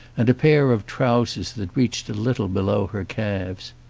and a pair of trousers that reached a little below her calves.